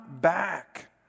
back